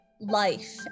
life